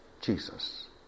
Jesus